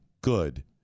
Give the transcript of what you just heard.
good